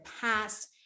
past